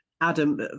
Adam